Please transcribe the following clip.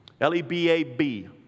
L-E-B-A-B